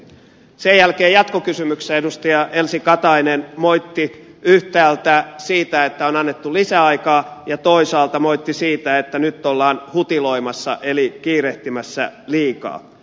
sen jälkeen jatkokysymyksessä edustaja elsi katainen moitti yhtäältä siitä että on annettu lisäaikaa ja toisaalta moitti siitä että nyt ollaan hutiloimassa eli kiirehtimässä liikaa